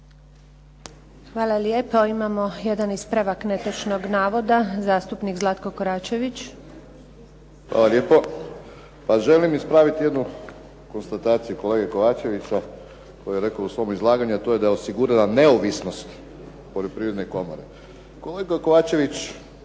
Hvala lijepa. Imamo jedan ispravak netočnog navoda, zastupnik Zlatko Koračević. **Koračević, Zlatko (HNS)** Hvala lijepo, pa želim ispraviti jednu konstataciju kolege Kovačevića koji je rekao u svom izlaganju a to je da je osigurana neovisnost poljoprivredne komore. Kolega Kovačević